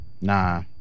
Nah